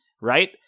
right